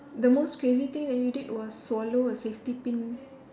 the most crazy thing that you did was swallow a safety pin